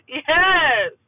yes